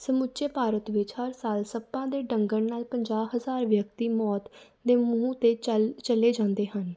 ਸਮੁੱਚੇ ਭਾਰਤ ਵਿੱਚ ਹਰ ਸਾਲ ਸੱਪਾਂ ਦੇ ਡੰਗਣ ਨਾਲ ਪੰਜਾਹ ਹਜ਼ਾਰ ਵਿਅਕਤੀ ਮੌਤ ਦੇ ਮੂੰਹ 'ਤੇ ਚਲ ਚਲੇ ਜਾਂਦੇ ਹਨ